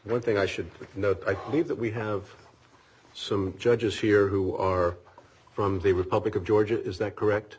one thing i should note i think that we have some judges here who are from the republic of georgia is that correct